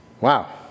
Wow